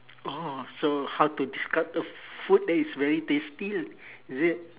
oh so how to describe the food that is very tasty is it